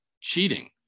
cheating